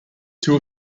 two